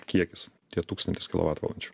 kiekis tie tūkstantis kilovatvalandžių